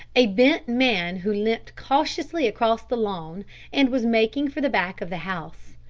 a bent man who limped cautiously across the lawn and was making for the back of the house.